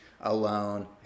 alone